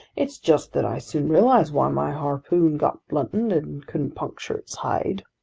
it's just that i soon realized why my harpoon got blunted and couldn't puncture its hide.